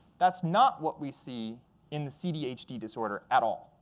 that's not what we see in the cdhd disorder at all.